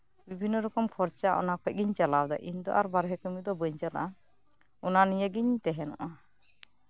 ᱵᱤᱵᱷᱤᱱᱱᱚ ᱨᱚᱠᱚᱢ ᱠᱷᱚᱨᱪᱟ ᱚᱱᱟ ᱠᱷᱚᱱᱜᱤᱧ ᱪᱟᱞᱟᱣ ᱮᱫᱟ ᱤᱧ ᱫᱚ ᱟᱨ ᱵᱟᱦᱨᱮ ᱠᱟᱹᱢᱤ ᱫᱚ ᱵᱟᱹᱧ ᱪᱟᱞᱟᱜᱼᱟ ᱚᱱᱟ ᱱᱤᱭᱮ ᱜᱤᱧ ᱛᱟᱦᱮᱸ ᱱᱚᱜᱼᱟ